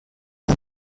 man